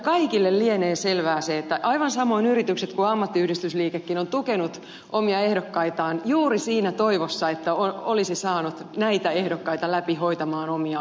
kaikille lienee selvää se että aivan samoin yritykset kuin ammattiyhdistysliikekin ovat tukeneet omia ehdokkaitaan juuri siinä toivossa että olisivat saaneet näitä ehdokkaita läpi hoitamaan omia asioitaan